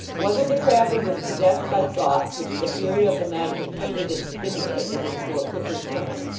whether the traveller was possessed by thoughts which the fury of the night had heated and stimulated into a quicker current,